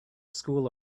school